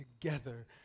together